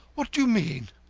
what do you mean?